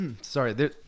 sorry